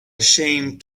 ashamed